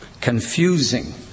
confusing